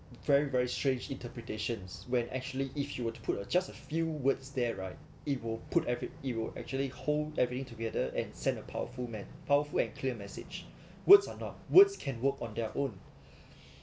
very very strange interpretations when actually if you were to put a just a few words there right it will put ever~ it will actually hold everything together and send a powerful men powerful and clear message words are not words can work on their own